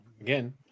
again